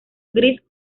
gris